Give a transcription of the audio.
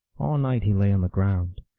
all night he lay on the ground.